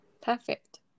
perfect